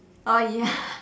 oh ya